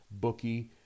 bookie